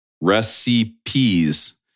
recipes